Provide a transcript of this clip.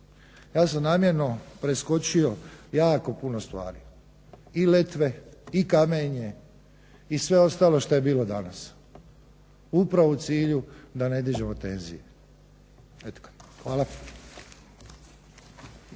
Ja sam namjerno preskočio jako puno stvari, i letve i kamenje i sve ostalo što je bilo danas upravo u cilju da ne dižemo tenzije. Eto ga. Hvala.